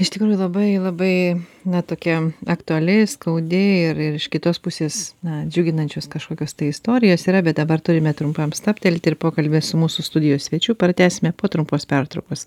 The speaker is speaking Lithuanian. iš tikrųjų labai labai na tokia aktuali skaudi ir ir iš kitos pusės na džiuginančios kažkokios tai istorijos yra bet dabar turime trumpam stabtelti ir pokalbį su mūsų studijos svečiu pratęsime po trumpos pertraukos